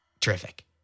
Terrific